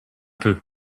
peu